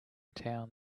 town